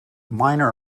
minor